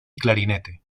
clarinete